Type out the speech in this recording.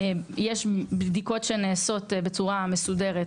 יש בדיקות שנעשות בצורה מסודרת,